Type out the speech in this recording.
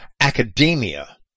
Academia